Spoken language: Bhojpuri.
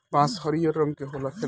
बांस हरियर रंग के होखेला